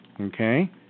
Okay